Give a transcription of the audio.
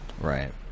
right